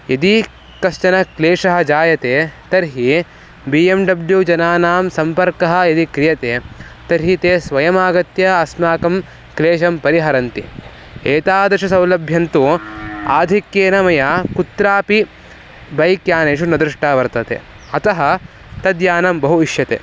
यदि कश्चनः क्लेशः जायते तर्हि बि एम् डब्ल्यू जनानां सम्पर्कः यदि क्रियते तर्हि ते स्वयम् आगत्य अस्माकं क्लेशं परिहरन्ति एतादृशं सौलभ्यन्तु आधिक्येन मया कुत्रापि बैक्यानेषु न दृष्टं वर्तते अतः तद्यानं बहु इष्यते